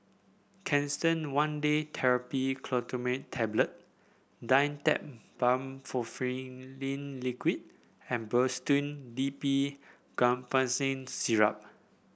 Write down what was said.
Canesten one Day Therapy Tablet Dimetapp Brompheniramine Liquid and Robitussin D B Guaiphenesin Syrup